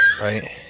Right